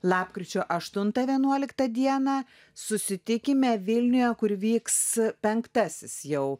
lapkričio aštuntą vienuoliktą dieną susitikime vilniuje kur vyks penktasis jau